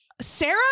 Sarah